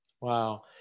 wow